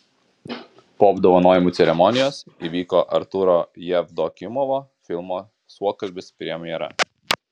po apdovanojimų ceremonijos įvyko artūro jevdokimovo filmo suokalbis premjera